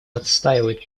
отстаивает